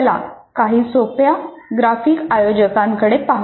चला काही सोप्या ग्राफिक आयोजकांकडे पाहू